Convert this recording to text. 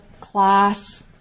class